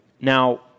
Now